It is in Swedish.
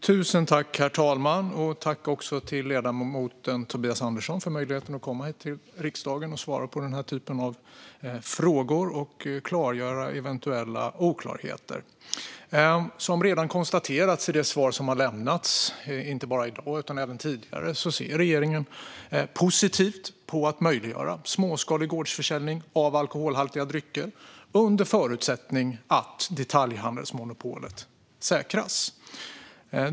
Herr talman! Jag tackar ledamoten Tobias Andersson för möjligheten att komma hit till riksdagen och svara på den här typen av frågor och reda ut eventuella oklarheter. Som redan konstaterats i det svar som har lämnats inte bara i dag utan även tidigare ser regeringen positivt på att möjliggöra småskalig gårdsförsäljning av alkoholhaltiga drycker, under förutsättning att detaljhandelsmonopolet säkras.